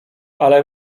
ale